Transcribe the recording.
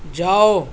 جاؤ